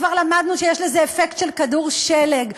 כבר למדנו שיש לזה אפקט של כדור שלג.